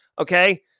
Okay